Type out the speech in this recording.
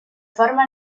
forme